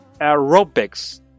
aerobics